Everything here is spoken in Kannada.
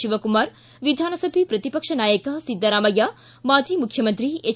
ಶಿವಕುಮಾರ್ ವಿಧಾನಸಭೆ ಪ್ರತಿಪಕ್ಷ ನಾಯಕ ಸಿದ್ದರಾಮಯ್ಯ ಮಾಜಿ ಮುಖ್ಯಮಂತ್ರಿ ಎಚ್